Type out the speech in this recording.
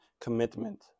commitment